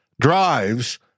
drives